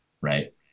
right